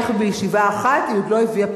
איך בישיבה אחת היא עוד לא הביאה פתרונות.